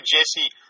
Jesse